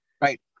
Right